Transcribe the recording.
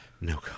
No